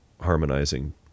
harmonizing